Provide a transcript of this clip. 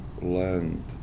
land